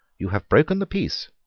you have broken the peace.